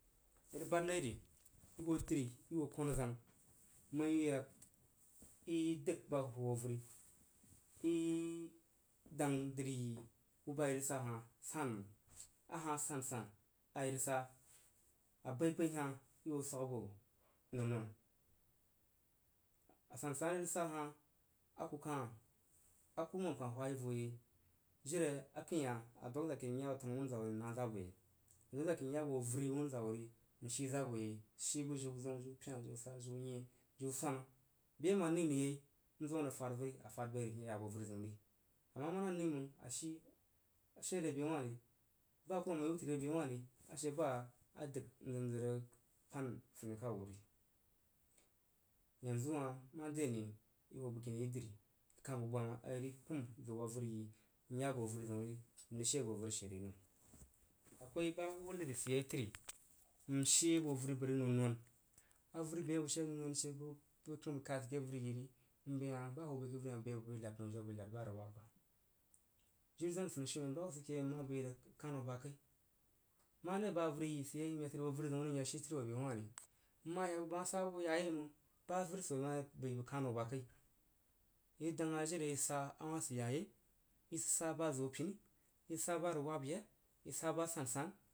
I bad nai ri i hoo dri i hoo kan azang məng i yak in dəng ba huruhwo avəri idang dri yi bu ba i rig sa hah san məng a hah a sansan a irig sa abaibai hah i hoo swag abo non non a san san a íri sa hah a ku kah a kuruma kah hwa yi voyei jiri akəin hah a dwag za ke n ya bo taru wunza wuh ri n nah za bo yei a dwag za ke ri ya bo avəri wunza wa ri n shi za bu yei shí su jiu zəun pena, jiu sara, jiu nyein, jiu swana be a ma nəi rig yei n zim a rig far avəri, a fad bui ri n ye ya bo avəri zəun ri. A ma mana nəi məng a shi shi a re be wah ri, ba a kurumam ma yi wu təri re bewah ri a she ba a dəg n zig ríg pan funi kau wura yanzu hah mare ane i hoo bəgkini yi dri i kah bəg gbama a i rig pəm ziu a avəriyi, n ya bo avəri zəun ri nrig she bo avəri she ri akwai ba hub nəu sid ye təri n she bo aver bəg ri nsn-nsn. Avəri bəg she ye non non she bəg pəm n kad ke avəri yi ri n bəi hah jiri abəg rig nub nəu jiu abəg nad ba rig wub ba jiri. Zwani funishiumen ba hus ma bəi bəg kan hoo ba kai mare ba avəri yi siyei n ye shi təri abo avəri zəun ri bəg ma sa su ma ya yei məng ba averi she ma bəi bəg kan hoo ba kai. I rig dang hah jiri i sid sa ba rig ya yeí, i sa ba zo pini i, sa ba rig wub yeh i sa ba sansan.